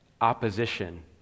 opposition